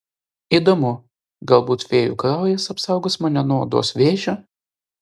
įdomu galbūt fėjų kraujas apsaugos mane nuo odos vėžio